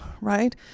right